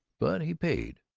but he paid.